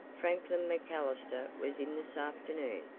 franklin macallister was in this afternoon.